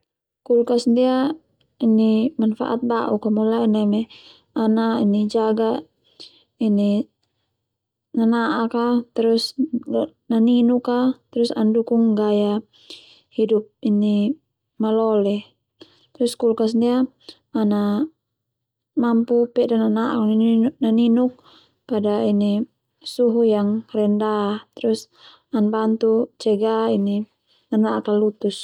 Kulkas ndia manfaat ba'uk a mulai neme ana jaga nana'ak a terus naninuk a terus ana dukung gaya hidup malole, terus kulkas ndia ana mampu pe'da nana'ak ma naninuk pada suhu yang rendah terus ana bantu cegah nana'ak lalutus.